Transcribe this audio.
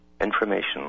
information